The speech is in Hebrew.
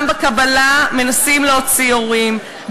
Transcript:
גם בקבלה מנסים להוציא הורים,